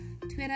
Twitter